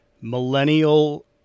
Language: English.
millennial